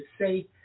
say